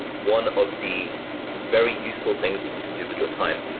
one of the very useful things that you can do with your time.